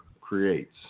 creates